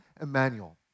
Emmanuel